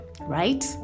right